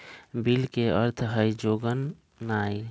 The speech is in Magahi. बिल के अर्थ हइ जोगनाइ